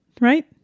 Right